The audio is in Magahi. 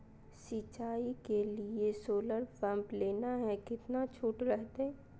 सिंचाई के लिए सोलर पंप लेना है कितना छुट रहतैय?